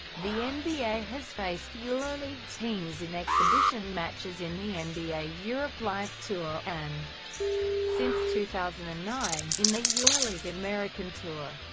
the nba has faced euroleague teams in exhibition matches in the and nba europe live tour, and since two thousand and nine, in the euroleague american tour.